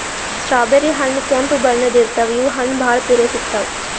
strawberry ಹಣ್ಣ್ ಕೆಂಪ್ ಬಣ್ಣದ್ ಇರ್ತವ್ ಇವ್ ಹಣ್ಣ್ ಭಾಳ್ ಪಿರೆ ಸಿಗ್ತಾವ್